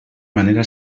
manera